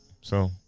So-